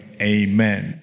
Amen